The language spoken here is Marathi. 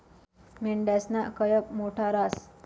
मेंढयासना कयप मोठा रहास